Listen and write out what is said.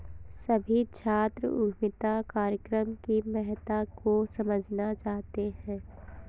सभी छात्र उद्यमिता कार्यक्रम की महत्ता को समझना चाहते हैं